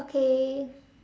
okay